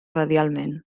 radialment